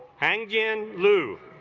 han jin lu